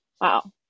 wow